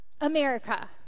America